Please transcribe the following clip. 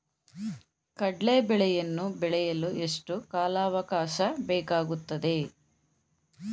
ಕಡ್ಲೆ ಬೇಳೆಯನ್ನು ಬೆಳೆಯಲು ಎಷ್ಟು ಕಾಲಾವಾಕಾಶ ಬೇಕಾಗುತ್ತದೆ?